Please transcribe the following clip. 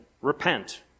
repent